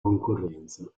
concorrenza